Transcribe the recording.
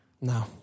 No